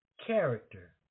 character